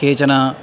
केचन